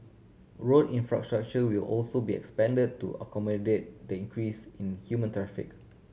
road infrastructure will also be expand to accommodate the increase in human